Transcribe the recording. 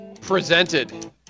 presented